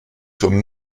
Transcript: sommes